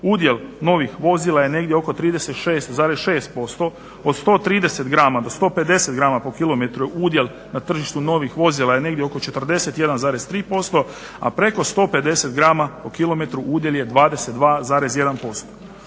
udjel novih vozila je negdje oko 36,6%, od 130 gospodarstvo do 150 g/km udjel na tržištu novih vozila je negdje oko 41,3%, a preko 150 g/km udjel je 22,1%.